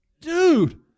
Dude